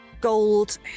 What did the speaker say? gold